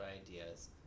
ideas